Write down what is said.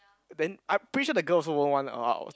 then I pretty sure the girl also won't want to uh